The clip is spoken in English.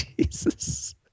Jesus